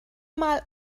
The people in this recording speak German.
mal